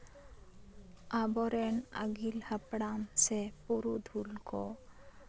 ᱟᱵᱚᱨᱮᱱ ᱟᱹᱜᱤᱞ ᱦᱟᱯᱲᱟᱢ ᱥᱮ ᱯᱩᱨᱩᱫᱷᱩᱞ ᱠᱚ